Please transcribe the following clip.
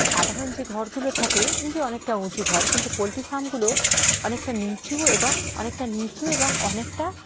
সাধারণ যে ঘরগুলো থাকে যে অনেকটা উঁচু ঘর কিন্তু পোলট্রি ফার্মগুলো অনেকটা নিচু এবং অনেকটা নিচু এবং অনেকটা